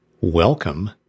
Welcome